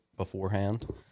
beforehand